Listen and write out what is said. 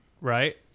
Right